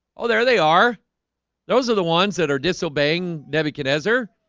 oh there they are those are the ones that are disobeying nebuchadnezzar,